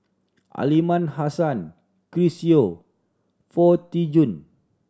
Aliman Hassan Chris Yeo Foo Tee Jun